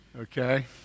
Okay